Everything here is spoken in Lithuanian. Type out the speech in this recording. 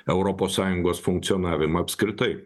europos sąjungos funkcionavimą apskritai